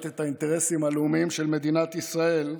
את האינטרסים הלאומיים של מדינת ישראל,